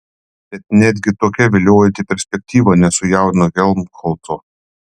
bet netgi tokia viliojanti perspektyva nesujaudino helmholco